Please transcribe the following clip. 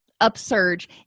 upsurge